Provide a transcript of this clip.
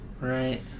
Right